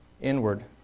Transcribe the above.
inward